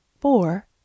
four